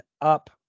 up